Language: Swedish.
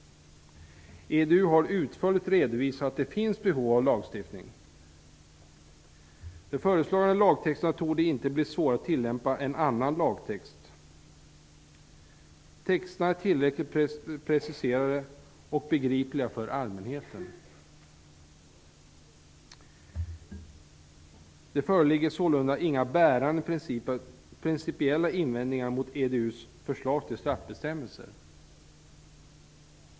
EDU har utförligt redovisat att det finns behov av lagstiftning. De föreslagna lagtexterna torde inte bli svåra att tillämpa än annan lagtext. Texterna är tillräckligt preciserade och begripliga för allmänheten. Det föreligger sålunda inga bärande principiella invändningar mot EDU:s förslag till straffbestämmelser.